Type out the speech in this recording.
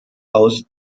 aus